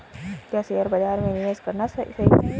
क्या शेयर बाज़ार में निवेश करना सही है?